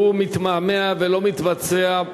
שהוא מתמהמה ולא מתבצע.